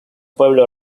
pueblo